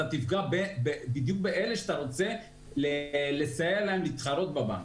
אתה תפגע בדיוק באלה שאתה רוצה לסייע להם להתחרות בבנק.